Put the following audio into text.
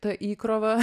ta įkrova